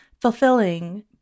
fulfilling